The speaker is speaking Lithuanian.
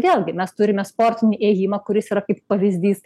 vėlgi mes turime sportinį ėjimą kuris yra kaip pavyzdys